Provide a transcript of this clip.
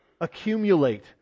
Accumulate